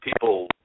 people